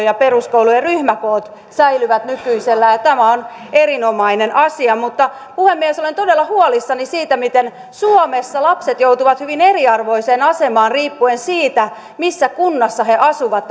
ja peruskoulujen ryhmäkoot säilyvät nykyisellään ja tämä on erinomainen asia puhemies olen todella huolissani siitä miten suomessa lapset joutuvat tämän hallituksen esityksen myötä hyvin eriarvoiseen asemaan riippuen siitä missä kunnassa he asuvat